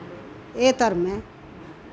एह् धर्म ऐ